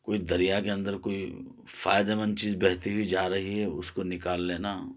کوئی دریا کے اندر کوئی فائدے مند چیز بہتی ہوئی جا رہی ہے اس کو نکال لینا